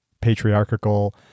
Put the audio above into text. patriarchal